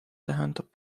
tähendab